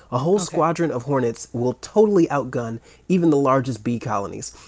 a whole squadron of hornets will totally outgun even the largest bee colonies.